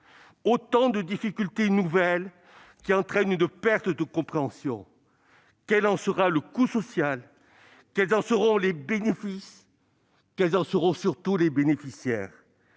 autant de difficultés nouvelles qui entraînent une perte de compréhension. Quel en sera le coût social ? Quels en seront les bénéfices ? Surtout, quels en seront les bénéficiaires ?